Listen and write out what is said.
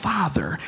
Father